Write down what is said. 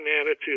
attitude